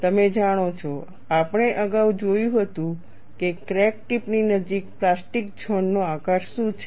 તમે જાણો છો આપણે અગાઉ જોયું હતું કે ક્રેક ટિપ ની નજીક પ્લાસ્ટિક ઝોન નો આકાર શું છે